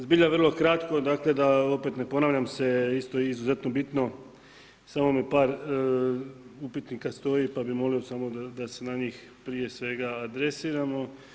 Zbilja vrlo kratko, da opet ne ponavljam se, isto je izuzetno bitno, samo mi par upitnika stoji pa bi molio samo da se na njih prije svega adresiramo.